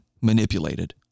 manipulated